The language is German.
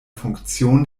funktion